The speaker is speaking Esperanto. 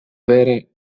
vere